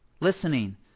Listening